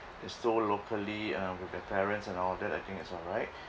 is still locally uh with their parents and all that I think is alright